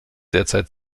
derzeit